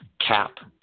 cap